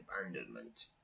abandonment